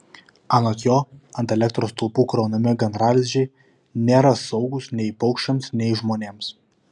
anot jo ant elektros stulpų kraunami gandralizdžiai nėra saugūs nei paukščiams nei žmonėms